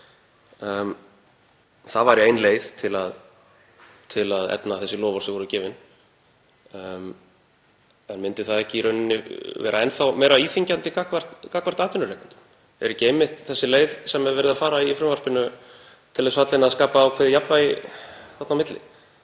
Það væri ein leið til að efna þessi loforð sem voru gefin, en myndi það ekki í rauninni vera enn þá meira íþyngjandi gagnvart atvinnurekendum? Er ekki einmitt sú leið sem verið er að fara í frumvarpinu til þess fallin að skapa ákveðið jafnvægi þarna á milli?